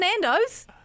Nando's